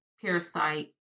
parasite